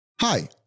Hi